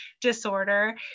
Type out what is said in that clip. disorder